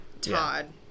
Todd